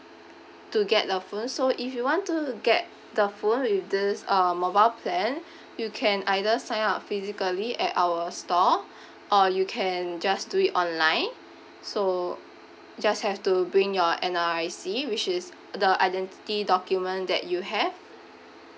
to get the phone so if you want to to get the phone with this uh mobile plan you can either sign up physically at our store or you can just do it online so just have to bring your N_R_I_C which is the identity document that you have